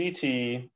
CT